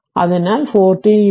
അതിനാൽ അത് 4 t ut ut 3